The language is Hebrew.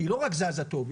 היא לא רק זזה טוב,